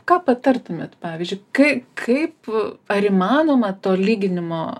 ką patartumėt pavyzdžiui kai kaip ar įmanoma to lyginimo